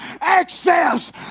access